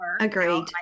Agreed